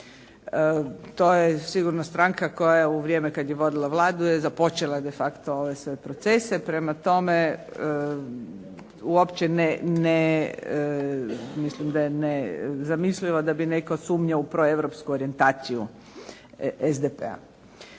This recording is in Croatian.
To je sigurno stranka koja je u vrijeme kada je vodila Vladu je započela de facto sve procese. Prema tome, uopće ne mislim da je nezamislivo da bi netko sumnjao u proeuropsku orijentaciju SDP-a.